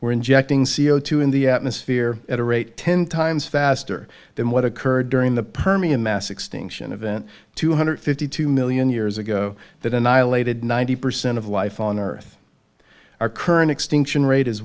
were injecting c o two in the atmosphere at a rate ten times faster than what occurred during the permian mass extinction event two hundred fifty two million years ago that annihilated ninety percent of life on earth our current extinction rate is